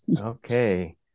Okay